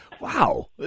Wow